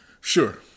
Sure